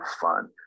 fun